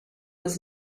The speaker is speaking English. was